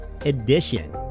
Edition